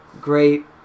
Great